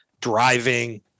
driving